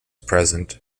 present